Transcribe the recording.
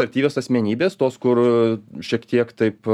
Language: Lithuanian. aktyvios asmenybės tos kur šiek tiek taip